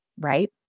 right